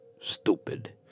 stupid